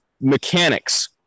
mechanics